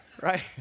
Right